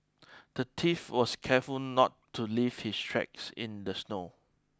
the thief was careful not to leave his tracks in the snow